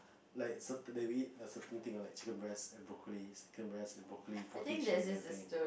like certain that we eat like certain thing like chicken breast and broccoli chicken breast and broccoli protein shake and everything